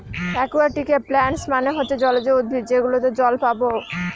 একুয়াটিকে প্লান্টস মানে হচ্ছে জলজ উদ্ভিদ যেগুলোতে জল পাবো